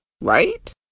right